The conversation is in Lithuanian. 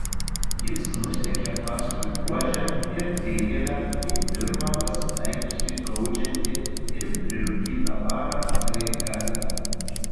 jis nusekė paskui buožę ir dilgėlę į pirmą pasitaikiusį gaudžiantį ir prirūkytą barą palei gatvę